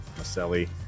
Maselli